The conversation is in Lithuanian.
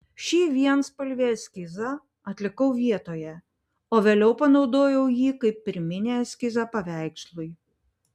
šį vienspalvį eskizą atlikau vietoje o vėliau panaudojau jį kaip pirminį eskizą paveikslui